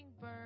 bird